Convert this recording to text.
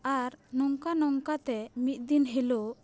ᱟᱨ ᱱᱚᱝᱠᱟ ᱱᱚᱝᱠᱟ ᱛᱮ ᱢᱤᱫ ᱫᱤᱱ ᱦᱤᱞᱳᱜ